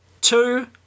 two